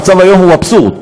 המצב היום הוא אבסורד,